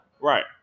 Right